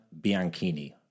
Bianchini